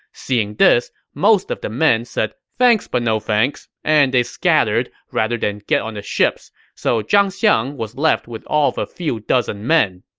seeing this, most of the men said thanks but no thanks, and they scattered rather than get on the ships so zhang xiang was left with all of a few dozen men